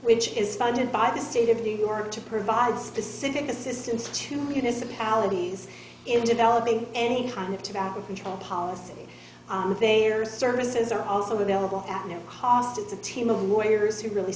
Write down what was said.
which is funded by the state of new york to provide specific assistance to municipalities in developing any kind of tobacco control policy they are services are also available at no cost it's a team of lawyers who really